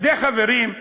חברים,